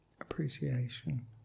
appreciation